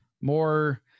more